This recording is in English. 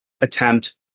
attempt